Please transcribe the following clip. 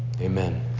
Amen